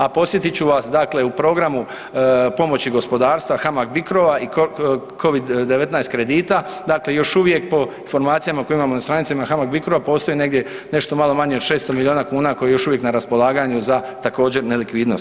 A podsjetit ću vas dakle u programu pomoći gospodarstva HAMAG- BICRO-va i COVID-19 kredita dakle još uvijek po formacijama koje imamo na stranicama HAMA-BIKRO-va postoje negdje nešto malo manje od 600 milijuna kuna koji je još uvijek na raspolaganju za također nelikvidnost.